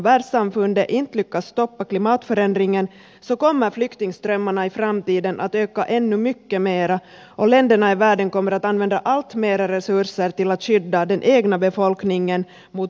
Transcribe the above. om världssamfundet inte lyckas stoppa klimatförändringen kommer flyktingströmmarna i framtiden att öka ännu mycket mera och länderna i världen kommer att använda allt mera resurser till att skydda den egna befolkningen mot naturkatastrofernas följder